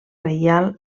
reial